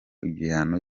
igihano